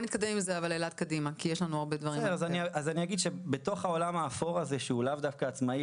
אז אני אגיד שבתוך העולם האפור הזה שהוא לאו דווקא עצמאי